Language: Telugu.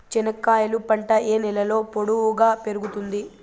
చెనక్కాయలు పంట ఏ నేలలో పొడువుగా పెరుగుతుంది?